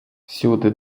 всюди